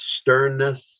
sternness